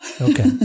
Okay